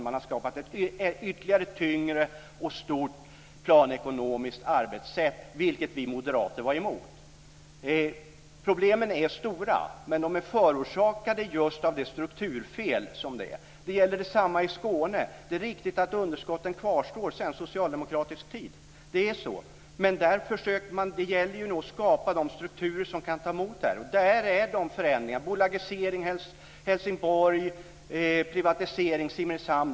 Man har gjort det hela ännu tyngre, större och mer planekonomiskt, och detta var vi moderater emot. Problemen är stora, men de är förorsakade av de strukturfel som vi har. Detsamma gäller i Skåne. Det är riktigt att underskotten kvarstår sedan socialdemokratisk tid. Så är det. Men där försöker man nu att skapa de strukturer som kan klara det här, och därför ser vi dessa förändringar: bolagisering i Helsingborg, privatisering i Simrishamn osv.